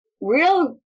real